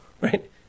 Right